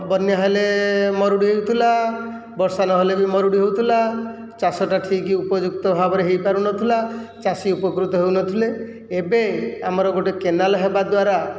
ବନ୍ୟା ହେଲେ ମରୁଡ଼ି ହେଉଥିଲା ବର୍ଷା ନ ହେଲେ ବି ମରୁଡ଼ି ହେଉଥିଲା ଚାଷଟା ଠିକ ଉପଯୁକ୍ତ ଭାବରେ ହୋଇପାରୁ ନଥିଲା ଚାଷୀ ଉପକୃତ ହେଉନଥିଲେ ଏବେ ଆମର ଗୋଟିଏ କେନାଲ ହେବା ଦ୍ୱାରା